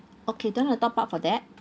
okay then will top up for that